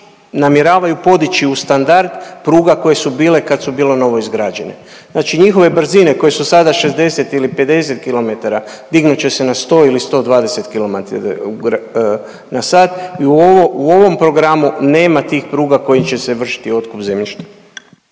namjeravaju podići u standard pruga koje su bile kad su bile novoizgrađene. Znači njihove brine koje su sada 60 ili 50 km, dignut će se na 100 ili 120 km/h i u ovom programu nema tih pruga koji će se vršiti otkup zemljišta.